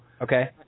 Okay